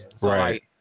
Right